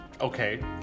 Okay